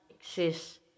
exist